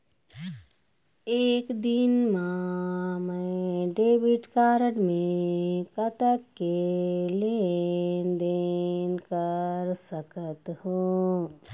एक दिन मा मैं डेबिट कारड मे कतक के लेन देन कर सकत हो?